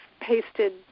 pasted